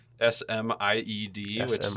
S-M-I-E-D